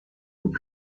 would